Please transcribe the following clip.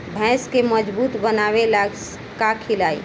भैंस के मजबूत बनावे ला का खिलाई?